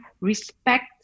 respect